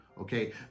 Okay